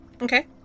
okay